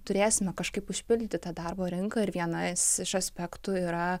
turėsime kažkaip užpildyti tą darbo rinką ir vienas iš aspektų yra